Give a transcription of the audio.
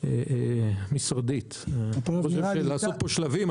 את המשרדים אפשר לשכור לתשע שנים.